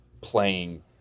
playing